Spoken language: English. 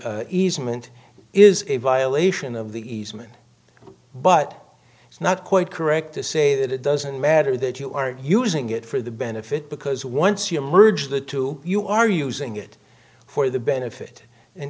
easement is a violation of the easement but it's not quite correct to say that it doesn't matter that you are using it for the benefit because once you merge the two you are using it for the benefit an